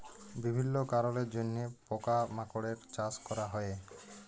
বিভিল্য কারলের জন্হে পকা মাকড়ের চাস ক্যরা হ্যয়ে